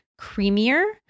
creamier